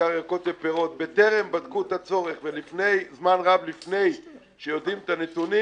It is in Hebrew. בעיקר ירקות ופירות בטרם בדקו את הצורך וזמן רב לפני שיודעים את הנתונים